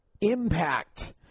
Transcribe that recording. impact